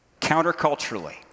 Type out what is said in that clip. counterculturally